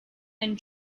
and